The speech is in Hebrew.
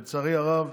לצערי הרב,